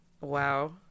Wow